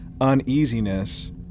uneasiness